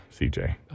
CJ